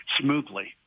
smoothly